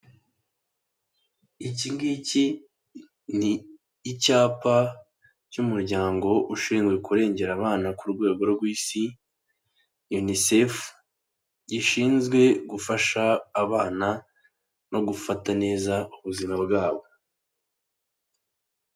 Iki ngiki ni icyapa cy'umuryango ushinzwe kurengera abana ku rwego rw'isi Unicef, gishinzwe gufasha abana no gufata neza ubuzima bwabo.